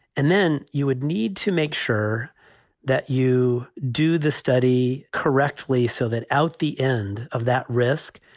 and then you would need to make sure that you do the study correctly so that out the end of that risk,